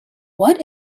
what